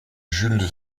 jules